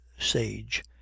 sage